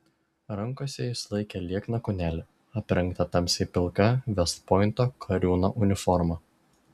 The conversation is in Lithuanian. rankose jis laikė liekną kūnelį aprengtą tamsiai pilka vest pointo kariūno uniforma